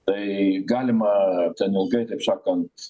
tai galima ten ilgai kaip sakant